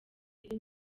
iri